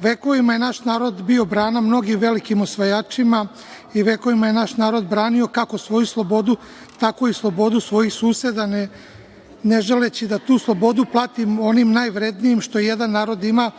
Vekovima je naš narod bio brana mnogim velikim osvajačima i vekovima je naš narod branio kako svoju slobodu, tako i slobodu svojih suseda, ne želeći da tu slobodu platimo onim najvrednijim što jedan narod ima,